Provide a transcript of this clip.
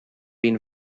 been